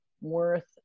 worth